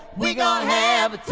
we gonna have.